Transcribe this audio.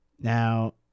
Now